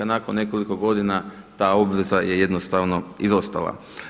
Nakon nekoliko godina ta obveza je jednostavno izostala.